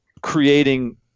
creating